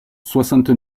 soixante